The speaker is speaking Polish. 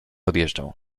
odjeżdżał